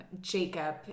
Jacob